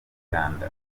uganda